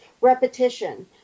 repetition